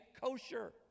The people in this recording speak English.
kosher